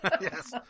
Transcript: Yes